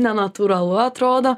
nenatūralu atrodo